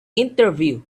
interview